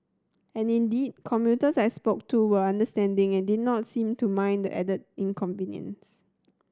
and indeed commuters I spoke to were understanding and did not seem to mind the added inconvenience